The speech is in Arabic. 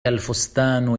الفستان